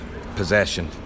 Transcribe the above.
possession